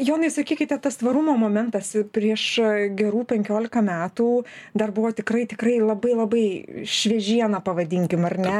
jonai sakykite tas tvarumo momentas prieš gerų penkiolika metų dar buvo tikrai tikrai labai labai šviežiena pavadinkim ar ne